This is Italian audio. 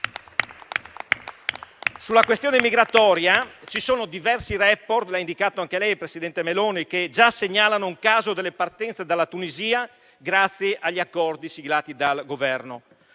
Sulla questione migratoria ci sono diversi *report* - lo ha indicato anche lei, presidente Meloni - che già segnalano un calo delle partenze dalla Tunisia grazie agli accordi siglati dal Governo.